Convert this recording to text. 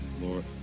Lord